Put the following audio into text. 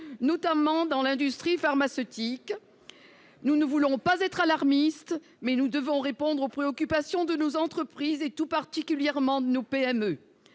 notamment l'industrie pharmaceutique. Nous ne voulons pas être alarmistes, mais nous devons répondre aux préoccupations de nos entreprises, tout particulièrement de nos PME.